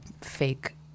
fake